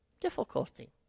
difficulty